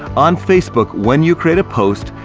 on facebook, when you create a post,